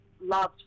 loved